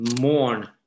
mourn